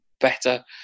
better